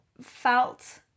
felt